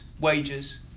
wages